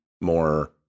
more